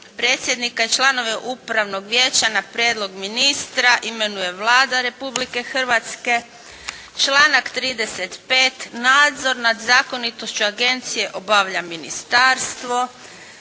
predsjednika i članove upravnog vijeća na prijedlog ministra imenuje Vlada Republike Hrvatske. Članak 35. nadzor nad zakonitošću agencije obavlja ministarstvo.